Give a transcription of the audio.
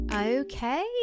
Okay